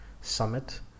summit